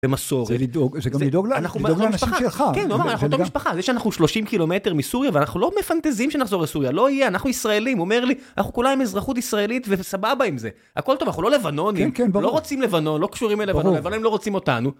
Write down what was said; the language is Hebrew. במסורת. זה לדאוג. זה גם לדאוג לאנשים שלך. כן, נאמר, אנחנו לא משפחה. זה שאנחנו 30 קילומטר מסוריה, ואנחנו לא מפנטזים שנחזור לסוריה. לא יהיה, אנחנו ישראלים, אומר לי. אנחנו כולה עם אזרחות ישראלית, וסבבה עם זה. הכל טוב, אנחנו לא לבנונים. כן, כן, ברור. לא רוצים לבנון, לא קשורים ללבנון, הלבנונים לא רוצים אותנו.